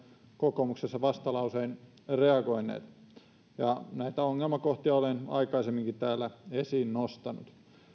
kokoomuksessa vastalausein reagoineet näitä ongelmakohtia olen aikaisemminkin täällä esiin nostanut